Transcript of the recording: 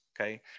Okay